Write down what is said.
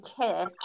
kiss